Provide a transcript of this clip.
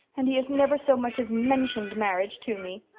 and he has never so much as mentioned marriage to me.